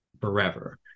forever